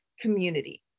community